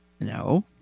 No